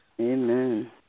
Amen